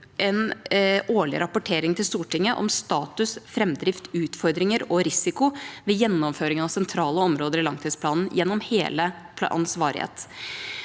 en årlig rapportering til Stortinget om status, framdrift, utfordringer og risiko ved gjennomføringen av sentrale områder i langtidsplanen gjennom hele planens varighet.